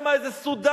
שמא איזה סודני,